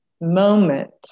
moment